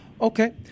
Okay